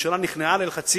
הממשלה נכנעה ללחצים,